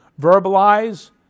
verbalize